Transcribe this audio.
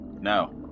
No